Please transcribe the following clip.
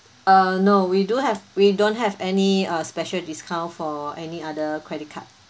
uh no we do have we don't have any uh special discount for any other credit card